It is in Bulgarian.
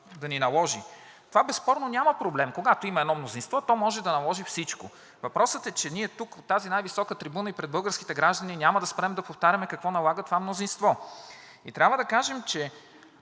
да ни наложи. За това безспорно няма проблем. Когато има едно мнозинство, то може да наложи всичко, въпросът е, че ние тук от тази най-висока трибуна и пред българските граждани няма да спрем да повтаряме какво налага това мнозинство. И трябва да кажем, че